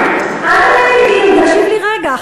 אל תענה לי, תקשיב לי רגע.